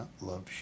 love